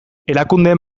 erakundeen